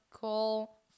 Call